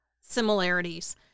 similarities